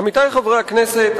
עמיתי חברי הכנסת,